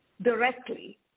directly